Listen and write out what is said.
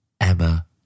Emma